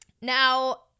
Now